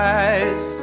eyes